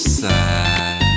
sad